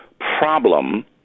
problem